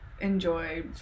enjoy